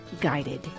guided